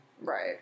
Right